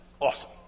Awesome